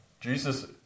Jesus